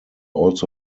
also